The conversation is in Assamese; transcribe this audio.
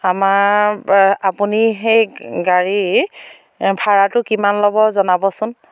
আমাৰপৰা আপুনি সেই গাড়ীৰ ভাড়াটো কিমান ল'ব জনাবচোন